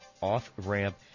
off-ramp